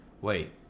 wait